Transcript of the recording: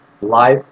life